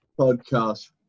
podcast